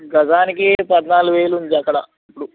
గజానికి పద్నాలుగు వేలు ఉంది అక్కడ ఇప్పుడు